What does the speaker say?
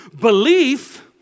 Belief